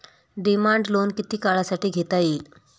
Demand loan किती काळासाठी घेता येईल?